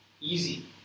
easy